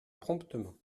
promptement